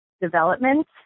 development